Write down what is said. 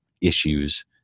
issues